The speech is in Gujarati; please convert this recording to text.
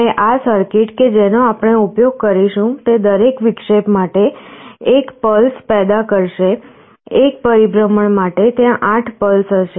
અને આ સર્કિટ કે જેનો આપણે ઉપયોગ કરીશું તે દરેક વિક્ષેપ માટે એક પલ્સ પેદા કરશે એક પરિભ્રમણ માટે ત્યાં 8 પલ્સ હશે